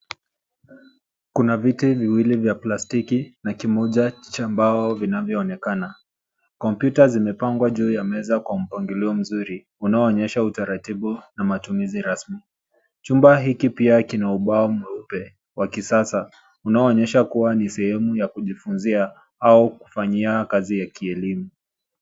Kuna viti viwili vya plastiki na kimoja cha mbao vinavyaonekana. Kompyuta zimepangwa juu ya meza kwa mpangilio mzuri, unaoonyesha utaratibu na matumizi rasmi. Chumba hiki pia kina ubao mweupe wakisasa unaoonyesha kuwa ni sehemu ya kujifunzia au kufanyia kazi ya kielimu.